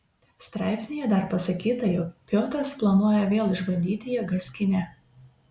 straipsnyje dar pasakyta jog piotras planuoja vėl išbandyti jėgas kine